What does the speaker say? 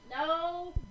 No